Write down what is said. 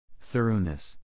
Thoroughness